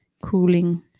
Cooling